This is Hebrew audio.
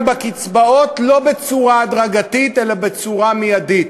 בקצבאות לא בצורה הדרגתית אלא בצורה מיידית.